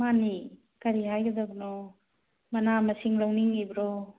ꯃꯥꯅꯦ ꯀꯔꯤ ꯍꯥꯏꯒꯗꯕꯅꯣ ꯃꯅꯥ ꯃꯁꯤꯡ ꯂꯧꯅꯤꯡꯉꯤꯕ꯭ꯔꯣ